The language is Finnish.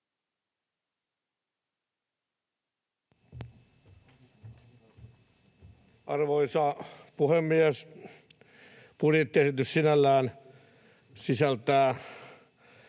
Arvoisa puhemies! Budjettiesitys sinällään sisältää